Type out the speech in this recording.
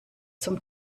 zum